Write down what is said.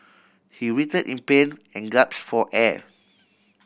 he writhed in pain and gaps for air